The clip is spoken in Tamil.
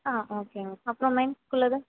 ஆ ஓகே மேம் அப்புறம் மென்ஸ்க்குள்ளது